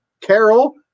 Carol